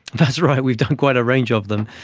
that's right, we've done quite a range of them.